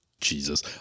Jesus